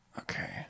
Okay